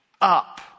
up